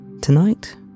Tonight